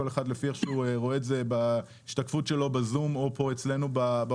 כל אחד לפי איך שהוא רואה את זה בהשתקפות שלו בזום או פה אצלנו באולם,